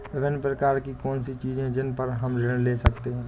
विभिन्न प्रकार की कौन सी चीजें हैं जिन पर हम ऋण ले सकते हैं?